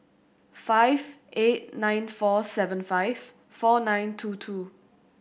five eight nine four seven five four nine two two